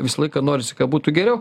visą laiką norisi kad būtų geriau